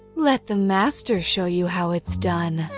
let the master show you how it's done.